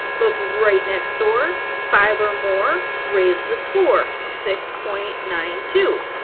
look right next door. five or more, raise the score six point nine two.